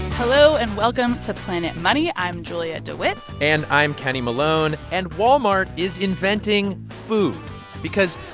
hello, and welcome to planet money. i'm julia dewitt and i'm kenny malone. and walmart is inventing food because,